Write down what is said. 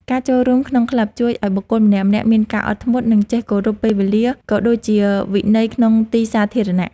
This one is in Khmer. ការចូលរួមក្នុងក្លឹប ជួយឱ្យបុគ្គលម្នាក់ៗមានការអត់ធ្មត់ និងចេះគោរពពេលវេលា ក៏ដូចជាវិន័យក្នុងទីសាធារណៈ។